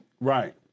Right